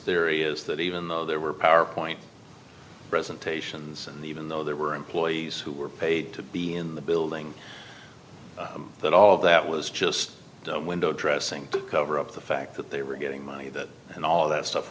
theory is that even though there were powerpoint presentations even though there were employees who were paid to be in the building that all that was just window dressing cover up the fact that they were getting money and all that stuff